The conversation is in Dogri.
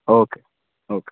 ओ के ओ के